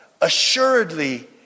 assuredly